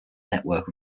network